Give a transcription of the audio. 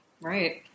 Right